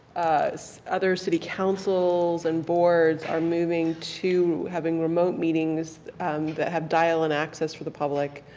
so other city councils and boards are moving to having remote meetings that have dial-in access for the public